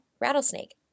Rattlesnake